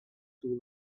too